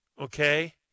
okay